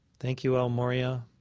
thank you, el morya.